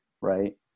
right